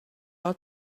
all